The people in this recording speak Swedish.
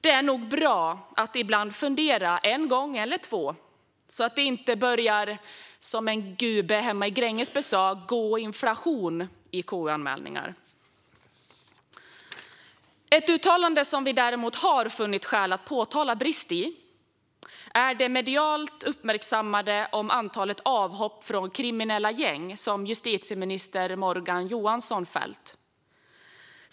Det är nog bra att ibland fundera en gång eller två, så att det inte börjar, som en "gube" hemma i Grängesberg sa, "gå inflation" i KU-anmälningar. Ett uttalande som vi däremot har funnit skäl att påtala brist i är det medialt uppmärksammade uttalandet om antalet avhopp från kriminella gäng, som justitieminister Morgan Johansson fällt.